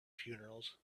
funerals